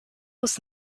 was